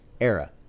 era